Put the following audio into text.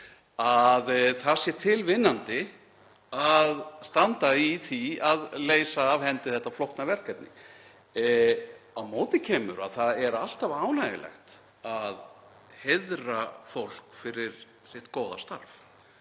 að það sé til vinnandi að standa í því að leysa af hendi þetta flókna verkefni. Á móti kemur að það er alltaf ánægjulegt að heiðra fólk fyrir sitt góða starf.